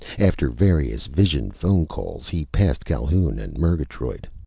after various vision-phone calls, he passed calhoun and murgatroyd.